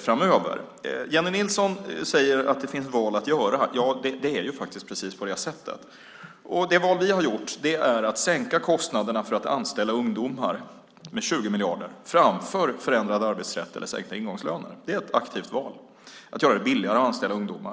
framöver. Jennie Nilsson säger att det finns val att göra. Ja, det är precis på det sättet. Det val vi har gjort är att sänka kostnaderna för att anställa ungdomar med 20 miljarder. Det har vi valt framför förändrad arbetsrätt eller sänkta ingångslöner. Det är ett aktivt val - att göra det billigare att anställa ungdomar.